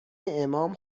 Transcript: امام